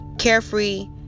carefree